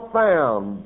found